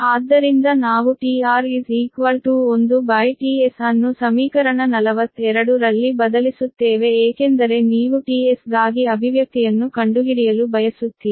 ಆದ್ದರಿಂದ ನಾವು tR1tS ಅನ್ನು ಸಮೀಕರಣ 42 ರಲ್ಲಿ ಬದಲಿಸುತ್ತೇವೆ ಏಕೆಂದರೆ ನೀವು tS ಗಾಗಿ ಅಭಿವ್ಯಕ್ತಿಯನ್ನು ಕಂಡುಹಿಡಿಯಲು ಬಯಸುತ್ತೀರಿ